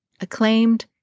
acclaimed